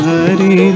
Hari